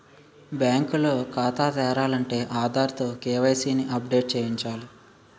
bank లో ఖాతా తెరాలంటే ఆధార్ తో కే.వై.సి ని అప్ డేట్ చేయించాల